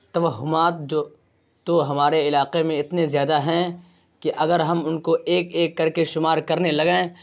توہمات جو تو ہمارے علاقے میں اتنے زیادہ ہیں کہ اگر ہم ان کو ایک ایک کر کے شمار کرنے لگیں